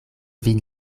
vin